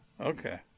okay